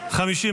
נתקבלה.